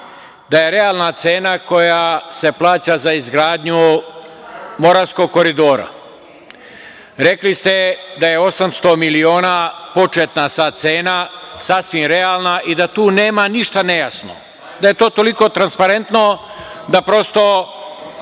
da je realna cena koja se plaća za izgradnju Moravskog koridora, rekli ste da je 800 miliona početna cena sasvim realna i da tu nema ništa nejasno, da je to toliko transparentno da i